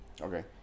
Okay